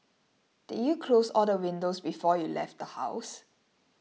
did you close all the windows before you left the house